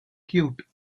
cute